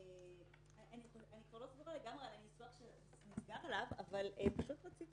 כבר לא זוכרת את הניסוח שנסגר עליו, אבל רציתי